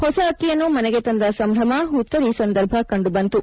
ಹೊಸ ಅಕ್ಕಿಯನ್ನು ಮನೆಗೆ ತಂದ ಸಂಭ್ರಮ ಹುತ್ತರಿ ಸಂದರ್ಭ ಕಂಡುಬಂತು